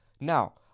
Now